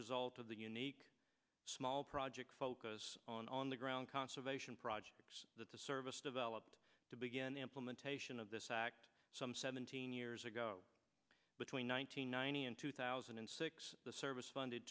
result of the unique small project focus on on the ground conservation projects that the service developed to begin the implementation of this act some seventeen years ago between one thousand nine hundred and two thousand and six the service funded